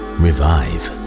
revive